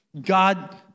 God